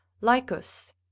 Lycus